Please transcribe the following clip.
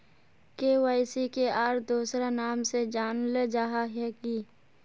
KYC के आर दोसरा नाम से जानले जाहा है की?